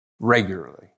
regularly